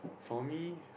for me